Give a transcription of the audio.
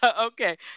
Okay